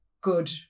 good